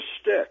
stick